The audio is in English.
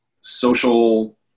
social